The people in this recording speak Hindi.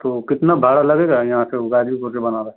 तो कितना भाड़ा लगेगा यहाँ से ग़ाज़ीपुर से बनारस